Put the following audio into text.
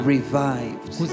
Revived